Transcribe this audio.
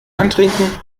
antrinken